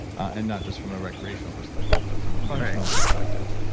and not just from a recreational perspective, but from a functional perspective.